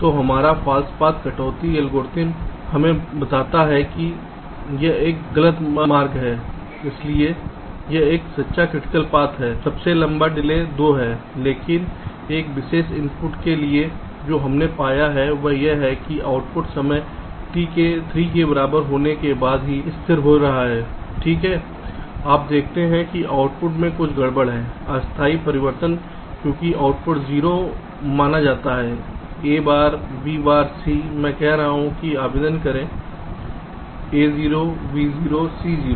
तो हमारा false path कटौती एल्गोरिथ्म हमें बताता है कि यह एक गलत मार्ग है इसलिए यह एक सच्चा क्रिटिकल पाथ है सबसे लंबा डिले 2 है लेकिन एक विशेष इनपुट के लिए जो हमने पाया है वह यह है कि आउटपुट समय t के 3 के बराबर होने के बाद ही बाद ही स्थिर हो रहा है ठीक है आप देखते हैं कि आउटपुट में एक गड़बड़ है अस्थायी परिवर्तन क्योंकि आउटपुट 0 माना जाता है a बार b बार c मैं कह रहा हूं कि आवेदन करें a0 b0 c0